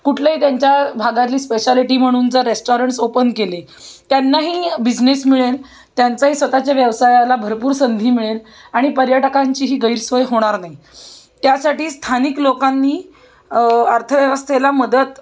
कुठलंही त्यांच्या भागातली स्पेशालिटी म्हणून जर रेस्टॉरंट्स ओपन केले त्यांनाही बिझनेस मिळेल त्यांचाही स्वतःच्या व्यवसायाला भरपूर संधी मिळेल आणि पर्यटकांचीही गैरसोय होणार नाही त्यासाठी स्थानिक लोकांनी अर्थव्यवस्थेला मदत